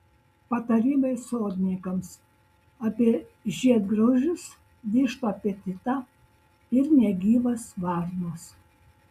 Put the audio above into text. patarimai sodininkams apie žiedgraužius vištų apetitą ir negyvas varnas